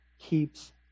keeps